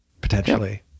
potentially